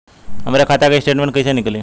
हमरे खाता के स्टेटमेंट कइसे निकली?